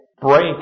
break